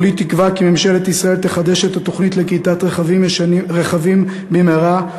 כולי תקווה כי ממשלת ישראל תחדש את התוכנית לגריטת רכבים במהרה,